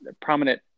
prominent